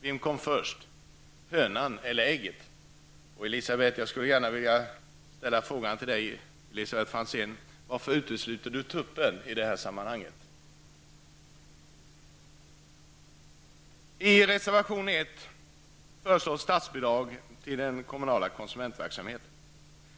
Vem kom först: hönan eller ägget? I reservation 1 föreslås att statsbidrag skall utgå till kommunerna för den kommunala konsumentverksamheten.